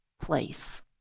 place